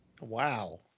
wow